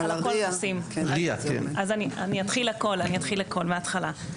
אני אתחיל הכול מהתחלה.